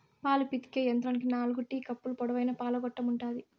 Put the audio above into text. పాలు పితికే యంత్రానికి నాలుకు టీట్ కప్పులు, పొడవైన పాల గొట్టం ఉంటాది